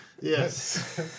Yes